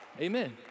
Amen